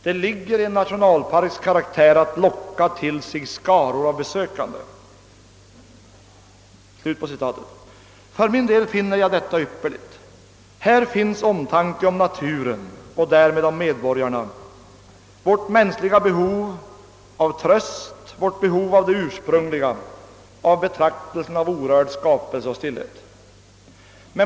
Det ligger i en nationalparks karaktär att locka till sig skaror af besökande.» För min del finner jag detta ypperligt. Här finns omtanke om naturen och därmed om medborgarna, en insikt om vårt mänskliga behov av tröst, vårt behov av det ursprungliga och av betrak telsen av orörd skapelse och stillhet.